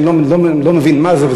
שאני לא מבין מה זה,